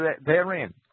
therein